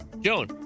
Joan